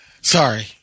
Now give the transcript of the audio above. Sorry